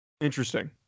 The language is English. Interesting